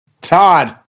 Todd